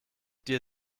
dir